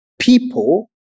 people